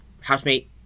housemate